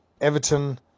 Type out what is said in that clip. Everton